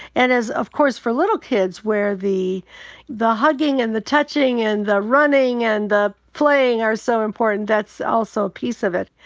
and of course for little kids where the the hugging and the touching and the running and the playing are so important, that's also a piece of it.